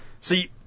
see